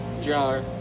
Jar